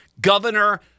governor